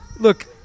Look